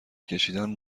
کشیدن